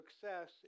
success